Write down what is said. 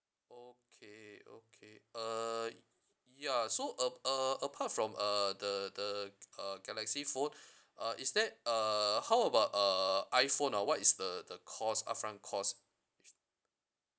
okay okay uh ya so ap~ uh apart from uh the the k~ uh galaxy phone uh is there uh how about err iphone ah what is the the cost upfront cost is